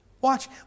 Watch